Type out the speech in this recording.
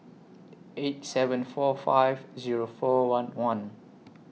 eight seven four five Zero four one one